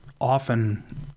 often